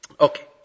Okay